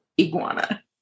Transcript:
iguana